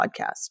podcast